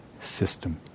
system